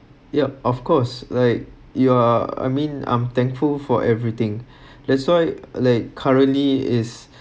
yup of course like you're I mean I'm thankful for everything that's why like currently is